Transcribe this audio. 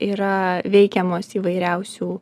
yra veikiamos įvairiausių